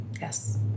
Yes